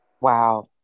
Wow